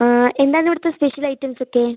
എന്താണിവിടുത്തെ special ഐറ്റംസൊക്കെ